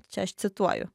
čia aš cituoju